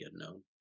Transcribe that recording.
unknown